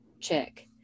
check